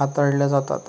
हाताळल्या जातात